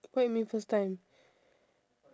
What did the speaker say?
what you mean first time